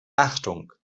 achtung